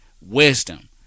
wisdom